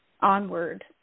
onward